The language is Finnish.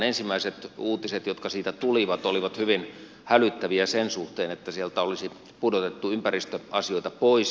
ensimmäiset uutiset jotka siitä tulivat olivat hyvin hälyttäviä sen suhteen että sieltä olisi pudotettu ympäristöasioita pois